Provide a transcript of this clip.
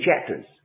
chapters